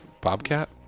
Bobcat